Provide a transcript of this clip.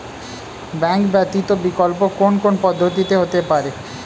Bank ব্যতীত বিকল্প কোন কোন পদ্ধতিতে হতে পারে?